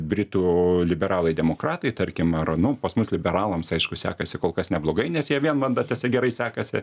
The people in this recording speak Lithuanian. britų liberalai demokratai tarkim ar nu pas mus liberalams aišku sekasi kol kas neblogai nes jie vienmandatėse gerai sekasi